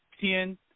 ten